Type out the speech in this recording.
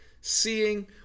seeing